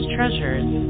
Treasures